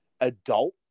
adult